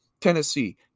Tennessee